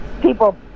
people